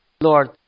Lord